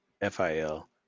F-I-L